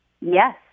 Yes